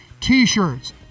t-shirts